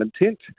intent